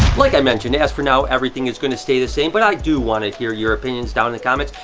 like i mentioned, as for now, everything is gonna stay the same, but i do wanna hear your opinions down in the comments.